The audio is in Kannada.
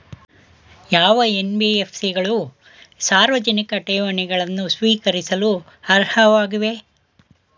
ಯಾವ ಎನ್.ಬಿ.ಎಫ್.ಸಿ ಗಳು ಸಾರ್ವಜನಿಕ ಠೇವಣಿಗಳನ್ನು ಸ್ವೀಕರಿಸಲು ಅರ್ಹವಾಗಿವೆ?